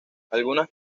algunas